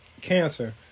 Cancer